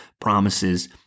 promises